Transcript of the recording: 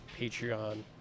Patreon